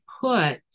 put